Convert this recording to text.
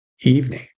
evening